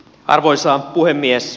arvoisa puhemies